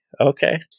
Okay